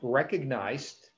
recognized